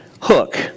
Hook